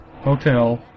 Hotel